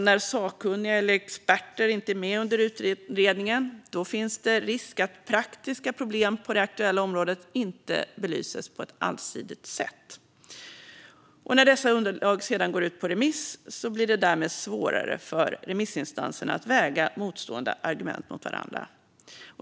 När sakkunniga eller experter inte är med under utredningen finns det risk att praktiska problem på det aktuella området inte belyses på ett allsidigt sätt. När dessa underlag sedan går ut på remiss blir det därmed svårare för remissinstanserna att väga motstående argument mot varandra.